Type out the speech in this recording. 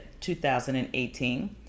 2018